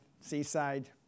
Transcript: Seaside